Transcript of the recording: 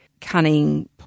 cunning